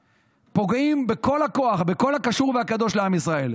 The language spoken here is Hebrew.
פוגעים בכל הכוח בכל הקשור והקדוש לעם ישראל.